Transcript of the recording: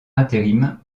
intérim